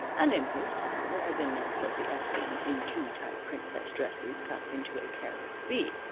and in his town there had been no sophy epsteins in too-tight princess dresses, cut into a careless v.